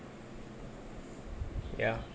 ya